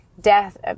death